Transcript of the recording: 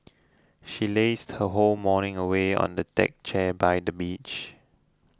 she lazed her whole morning away on the deck chair by the beach